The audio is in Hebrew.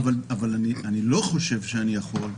אני לא חושב שאני יכול,